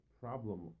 problem